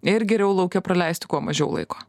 ir geriau lauke praleisti kuo mažiau laiko